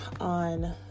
on